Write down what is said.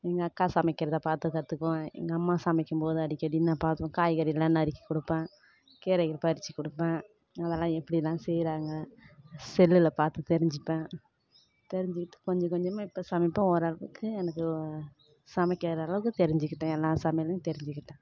எங்கள் அக்கா சமைக்கிறத பார்த்து கத்துக்குவேன் எங்க அம்மா சமைக்கம்போது அடிக்கடி நான் பார்க்குவேன் காய்கறியெல்லாம் நறுக்கி கொடுப்பேன் கீரைகள் பறிச்சு கொடுப்பேன் அதெல்லாம் எப்படி தான் செய்கிறாங்க செல்லில் பார்த்து தெரிஞ்சுப்பேன் தெரிஞ்சுக்கிட்டு கொஞ்ச கொஞ்சமாக இப்போ சமைப்பேன் ஓரளவுக்கு எனக்கு சமைக்கிற அளவுக்கு தெரிஞ்சுக்கிட்டேன் எல்லா சமையலையும் தெரிஞ்சுக்கிட்டேன்